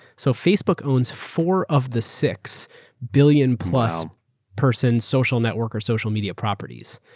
so facebook owns four of the six billion plus person social network or social media properties.